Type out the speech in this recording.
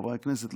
חברי הכנסת,